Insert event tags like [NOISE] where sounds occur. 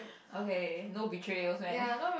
okay no betrayals man [LAUGHS]